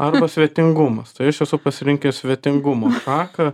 arba svetingumas tai aš esu pasirinkęs svetingumo šaką